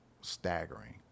staggering